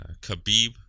Khabib